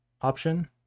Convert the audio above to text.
option